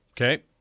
Okay